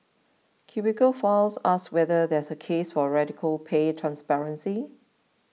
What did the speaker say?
Cubicle Files asks whether there's a case for radical pay transparency